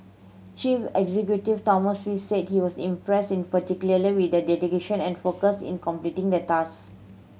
chief executive Thomas Wee said he was impressed in particular with their dedication and focus in completing the tasks